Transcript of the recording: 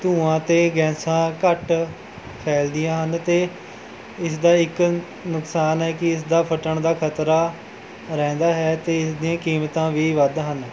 ਧੂਆਂ ਅਤੇ ਗੈਸਾਂ ਘੱਟ ਫੈਲਦੀਆਂ ਹਨ ਅਤੇ ਇਸ ਦਾ ਇੱਕ ਨੁਕਸਾਨ ਹੈ ਕਿ ਇਸਦਾ ਫੱਟਣ ਦਾ ਖਤਰਾ ਰਹਿੰਦਾ ਹੈ ਅਤੇ ਇਸ ਦੀਆਂ ਕੀਮਤਾਂ ਵੀ ਵੱਧ ਹਨ